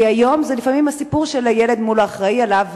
כי היום זה לפעמים הסיפור של הילד מול האחראי לו,